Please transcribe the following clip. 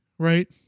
right